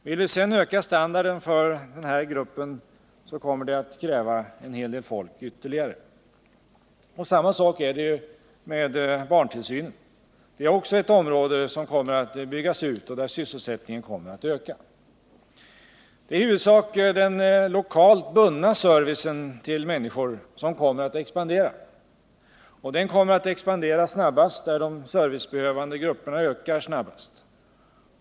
Vill vi sedan öka standarden för den här gruppen, så kommer det att kräva en hel del folk ytterligare. Samma sak är det med barntillsynen. Den är också ett område som kommer att byggas ut och där sysselsättningen kommer att öka. Det är i huvudsak den lokalt bundna servicen till människor som kommer att expandera. Och den kommer att expandera snabbast där de servicebehövande grupperna ökar snabbast.